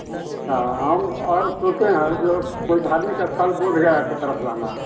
अच्छा हम और सोचे हैं जो कोई धार्मिक स्थल बोधगया के तरफ़ जाना है